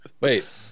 wait